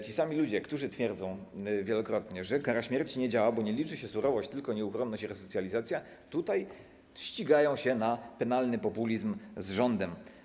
Ci sami ludzie, którzy wielokrotnie twierdzili, że kara śmierci nie działa, bo nie liczy się surowość, tylko nieuchronność i resocjalizacja, tutaj ścigają się na penalny populizm z rządem.